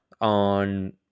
on